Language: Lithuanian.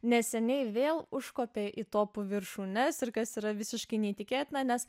neseniai vėl užkopė į topų viršūnes ir kas yra visiškai neįtikėtina nes